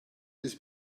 his